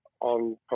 on